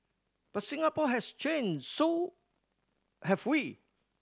but Singapore has changed so have we